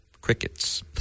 crickets